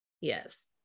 yes